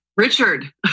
Richard